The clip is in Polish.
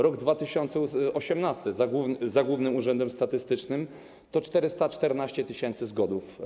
Rok 2018 - za Głównym Urzędem Statystycznym - to 414 tys. zgonów.